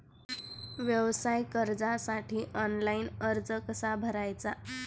व्यवसाय कर्जासाठी ऑनलाइन अर्ज कसा भरायचा?